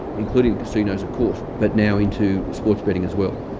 including casinos, of course, but now into sports betting as well.